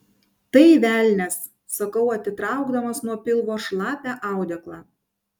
tai velnias sakau atitraukdamas nuo pilvo šlapią audeklą